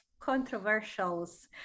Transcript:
controversials